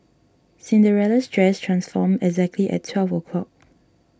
Cinderella's dress transformed exactly at twelve o'clock